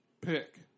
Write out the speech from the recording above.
pick